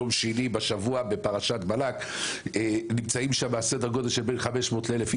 יום שני בשבוע בפרשת בלק נמצאים שם בין 500 1,000 אנשים.